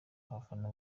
abafana